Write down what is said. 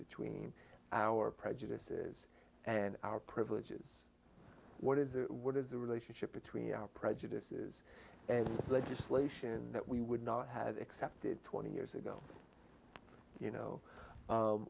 between our prejudices and our privileges what is what is the relationship between our prejudices and legislation that we would not have accepted twenty years ago you know